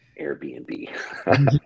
Airbnb